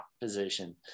position